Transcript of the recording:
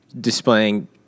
displaying